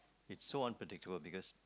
it's so unpredictable because